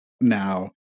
now